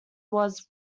was